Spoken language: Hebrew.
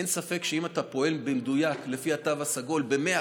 אין ספק שאם אתה פועל במדויק לפי התו הסגול במאה